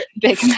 Big